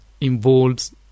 involves